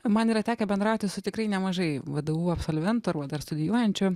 man yra tekę bendrauti su tikrai nemažai vdu absolventų arba dar studijuojančių